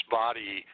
body